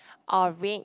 orange